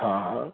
हा हा